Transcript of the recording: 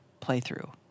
playthrough